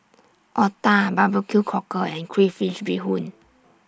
Otah Barbecue Cockle and Crayfish Beehoon